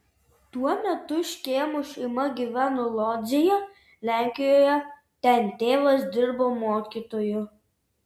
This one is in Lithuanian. tuo metu škėmų šeima gyveno lodzėje lenkijoje ten tėvas dirbo mokytoju